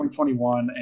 2021